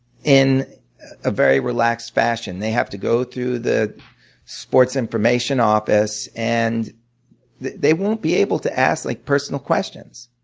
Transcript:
in a very relaxed fashion. they have to go through the sports information office, and they won't be able to ask like personal questions.